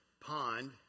pond